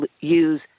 use